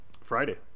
Friday